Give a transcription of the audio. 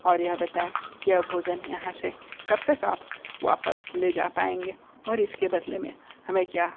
और यह बताएं कि यह भोजन आप यहाँ से कब तक आप वापस ले जा पाएंगे और इसके बदले में हमें क्या